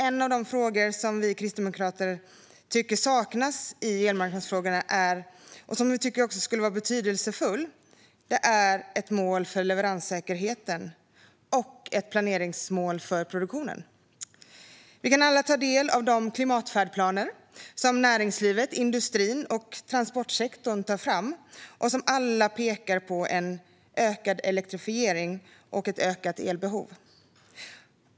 En av de frågor som vi kristdemokrater tycker saknas här och som vi tycker är betydelsefull gäller ett mål för leveranssäkerheten och ett planeringsmål för produktionen. Vi kan alla ta del av de klimatfärdplaner som näringslivet, industrin och transportsektorn tar fram, som alla pekar på en ökad elektrifiering och ett ökat elbehov.